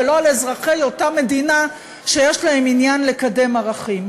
ולא על אזרחי אותה מדינה שיש להם עניין לקדם ערכים.